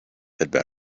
better